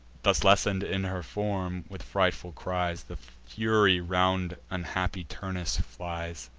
thus lessen'd in her form, with frightful cries the fury round unhappy turnus flies,